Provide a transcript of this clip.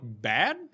bad